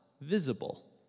visible